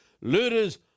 Looters